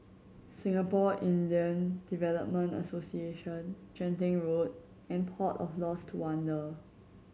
Singapore Indian Development Association Genting Road and Port of Lost Wonder